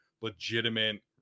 legitimate